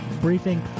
briefing